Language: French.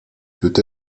peut